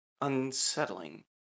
Unsettling